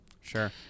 Sure